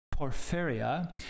porphyria